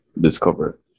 discover